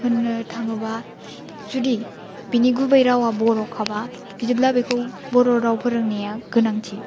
होननो थाङोब्ला जुदि बिनि गुबै रावा बर'खाब्ला बिदिबा बेखौ बर' राव फोरोंनाया गोनांथि